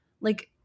Like-